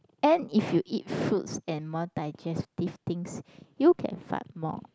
and if you eat fruits and more digestive things you can fart more